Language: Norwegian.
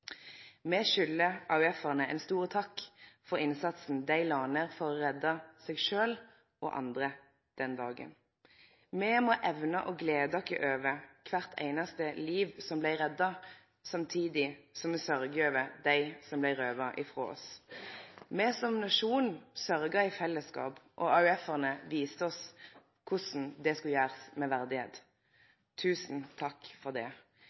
Me skuldar AUF-arane ein stor takk for innsatsen dei la ned for å redde seg sjølv og andre den dagen. Me må evne å glede oss over kvart einaste liv som blei redda, samtidig som me sørgjer over dei som blei røva ifrå oss. Me som nasjon sørgde i fellesskap, og AUF-arane viste oss korleis det skulle gjerast med verdigheit. Tusen takk for det!